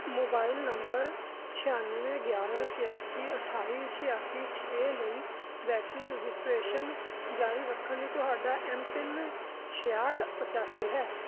mobile number ਛਿਆਨਵੇਂ ਗਿਆਰਾਂ ਇਕਿਆਸੀ ਅਠਾਈ ਛਿਆਸੀ ਛੇ ਲਈ ਵੈਕਸੀਨ ਰਜਿਸਟ੍ਰੇਸ਼ਨ ਜਾਰੀ ਰੱਖਣ ਲਈ ਤੁਹਾਡਾ ਐੱਮ ਪਿੰਨ ਛਿਆਹਠ ਪਚਾਸੀ ਹੈ